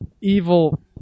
evil